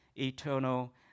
eternal